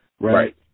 right